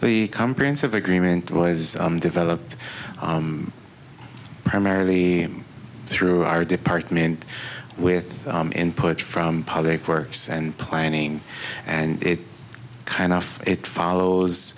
the comprehensive agreement that was developed primarily through our department with input from public works and planning and it kind of it follows